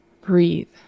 Breathe